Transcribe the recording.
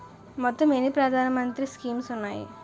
మొత్తం ఎన్ని ప్రధాన మంత్రి స్కీమ్స్ ఉన్నాయి?